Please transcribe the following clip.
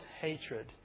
hatred